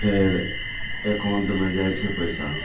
फेर एकाउन्टमे जाइ छै पइसा